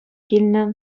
килнӗ